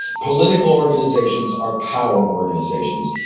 political organisations are power organisations,